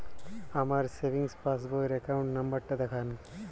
আমার savings passbook র account number টা দেখান?